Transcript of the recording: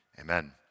Amen